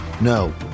no